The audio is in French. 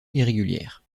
irrégulière